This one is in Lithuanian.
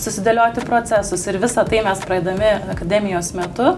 susidėlioti procesus ir visa tai mes praeidami akademijos metu